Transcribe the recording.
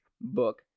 book